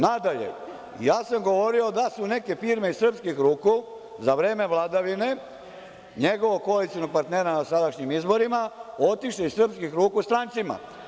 Nadalje, ja sam govorio da su neke firme za vreme vladavine njegovog koalicionog partnera na sadašnjim izborima otišle iz srpskih ruku strancima.